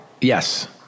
Yes